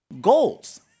goals